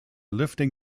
lifting